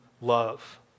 love